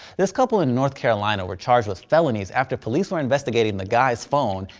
this couple in north carolina were charged with felonies after police were investing the guy's phone,